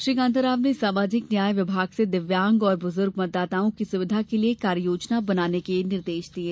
श्री कांताराव ने सामाजिक न्याय विभाग से दिव्यांग और बुजुर्ग मतदाताओं की सुविधा के लिये कार्ययोजना बनाने के निर्देश दिये